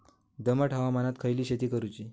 दमट हवामानात खयली शेती करूची?